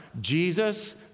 Jesus